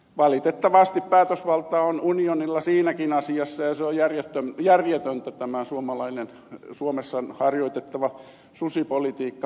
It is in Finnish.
valitettavasti päätösvalta on unionilla siinäkin asiassa ja tämä suomessa harjoitettava susipolitiikka on järjetöntä